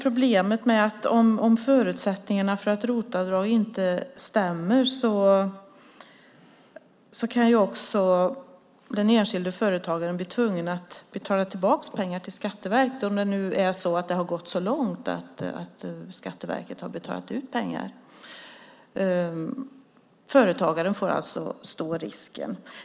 Om förutsättningarna för ROT-avdrag inte stämmer kan också den enskilde företagaren bli tvungen att betala tillbaka pengar till Skatteverket om det nu gått så långt att Skatteverket har betalat ut pengar. Företagaren får alltså stå risken.